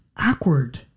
awkward